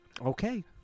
Okay